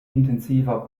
intensiver